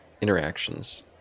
interactions